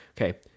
Okay